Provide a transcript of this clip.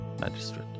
Magistrate